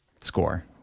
score